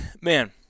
man